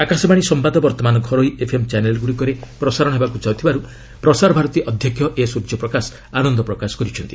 ଆକାଶବାଣୀ ସମ୍ଭାଦ ବର୍ତ୍ତମାନ ଘରୋଇ ଏଫ୍ଏମ୍ ଚାନେଲ୍ଗୁଡ଼ିକରେ ପ୍ରସାରଣ ହେବାକୁ ଯାଉଥିବାରୁ ପ୍ରସାରଭାରତୀ ଅଧ୍ୟକ୍ଷ ଏ ସ୍ୱର୍ଯ୍ୟପ୍ରକାଶ ଆନନ୍ଦ ପ୍ରକାଶ କରିଛନ୍ତି